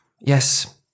Yes